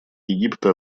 египта